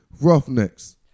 Roughnecks